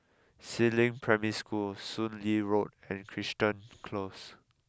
Si Ling Primary School Soon Lee Road and Crichton Close